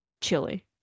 Chili